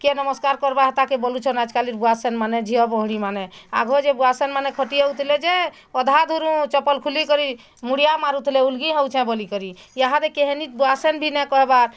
କିଏ ନମସ୍କାର୍ କର୍ବା ହେତାକେ ବୋଲୁଛନ୍ ଆଜକାଲିର୍ ଭୁଆସନ୍ ମାନେ ଝିଅଭଉଣୀ ମାନେ ଆଘ ଯେ ଭୁଆସନ୍ ମାନେ ଖଟି ଆଉଥିଲେ ଯେ ଅଧାଦୂରୁ ଚପଲ୍ ଖୁଲିକରି ମୁଡ଼ିଆ ମାରୁଥିଲେ ଉଲ୍ଗି ହଉଛେ ବୋଲିକରି ଇହାଦେ କେହେନି ଭୁଆସନ୍ ବି ନାଇଁ କହିବାର୍